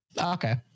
Okay